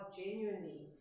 genuinely